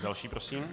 Další prosím.